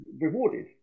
rewarded